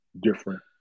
different